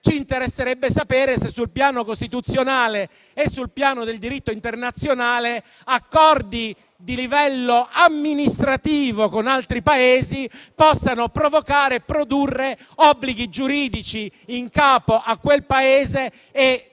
ci interesserebbe sapere se, sul piano costituzionale e sul piano del diritto internazionale, accordi di livello amministrativo con altri Paesi possano provocare e produrre obblighi giuridici in capo a un Paese,